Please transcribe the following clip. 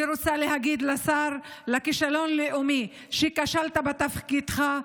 אני רוצה להגיד לשר לכישלון לאומי: כשלת בתפקידך.